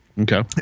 Okay